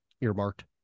earmarked